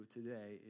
today